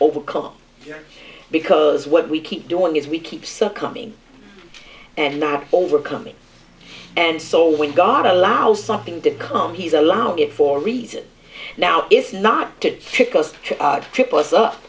overcome because what we keep doing is we keep succumbing and not overcoming and so when god allows something to come he's allowing it for reason now is not to kick us out trip us up